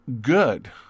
good